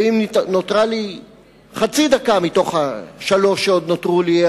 ואם נותרה לי חצי דקה מתוך השלוש שניתנו לי,